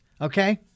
Okay